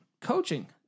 coaching